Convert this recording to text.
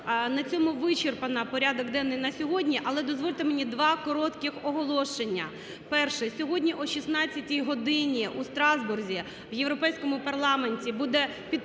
На цьому вичерпано порядок денний на сьогодні. Але дозвольте мені два коротких оголошення. Перше. Сьогодні о 16-й годині у Страсбурзі в Європейському парламенті буде підписано